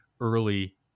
early